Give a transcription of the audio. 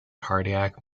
cardiac